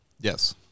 Yes